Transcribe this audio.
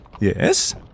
Yes